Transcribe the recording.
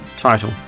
title